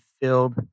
filled